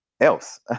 else